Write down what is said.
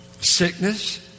sickness